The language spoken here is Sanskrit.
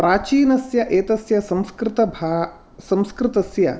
प्राचीनस्य एतस्य संस्कृतभा संस्कृतस्य